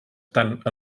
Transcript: tant